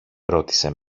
ρώτησε